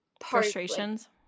frustrations